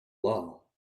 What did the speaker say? law